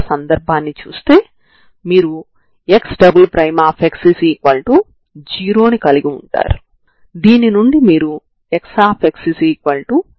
దానికోసం ఈ త్రిభుజం లోపల ఏదైనా బిందువు x0 ct0 మరియు x0ct0 రేఖలు ఖండించు కోవడం వల్ల ఏర్పడిన బిందువు వాస్తవానికి ఇది ఈ ప్రారంభ సమాచారం మీద ఆధారపడి ఉంటుంది